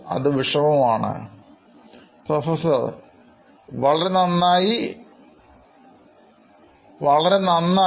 അത് വിഷമമാണ് Professor വളരെ നന്നായി